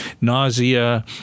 nausea